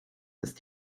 ist